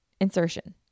Insertion